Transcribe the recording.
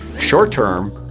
short-term,